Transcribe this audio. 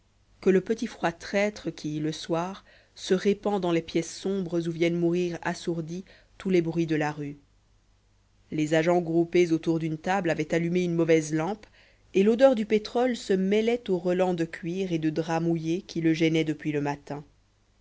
que le petit froid traître qui le soir se répand dans les pièces sombres où viennent mourir assourdis tous les bruits de la rue les agents groupés autour d'une table avaient allumé une mauvaise lampe et l'odeur du pétrole se mêlait au relent de cuir et de drap mouillé qui le gênait depuis le matin